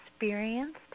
experienced